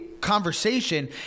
Conversation